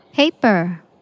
Paper